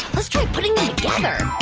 let's try putting them together